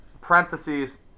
parentheses